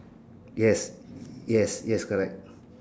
yes yes yes correct